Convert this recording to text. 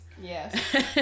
Yes